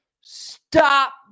stop